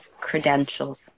credentials